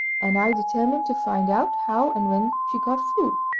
and i determined to find out how and when she got food.